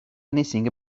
anything